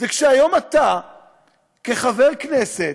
כשאתה היום כחבר כנסת,